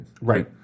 right